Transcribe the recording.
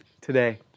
today